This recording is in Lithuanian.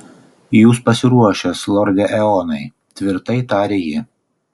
jūs pasiruošęs lorde eonai tvirtai tarė ji